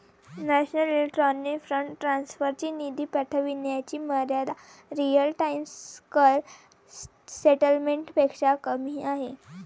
national electronic fund transfer ची निधी पाठविण्याची मर्यादा रिअल टाइम सकल सेटलमेंट पेक्षा कमी आहे